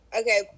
Okay